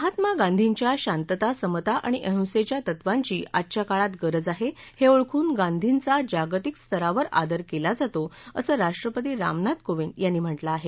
महात्मा गांधींच्या शांतता समता आणि अहिंसेच्या तत्वांची आजच्या काळात गरज आहे हे ओळखून गांधीचा जागतिक स्तरावर आदर केला जातो असं राष्ट्रपती रामनाथ कोविंद यांनी म्हटलं आहे